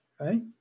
right